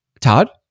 Todd